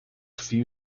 few